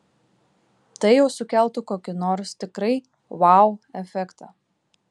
tai jau sukeltų kokį nors tikrai vau efektą